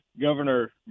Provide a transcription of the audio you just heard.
Governor